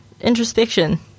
introspection